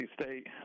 State